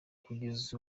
kugeza